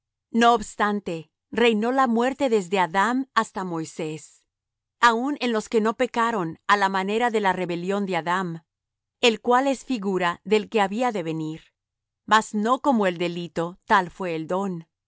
no obstante reinó la muerte desde adam hasta moisés aun en los que no pecaron á la manera de la rebelión de adam el cual es figura del que había de venir mas no como el delito tal fué el don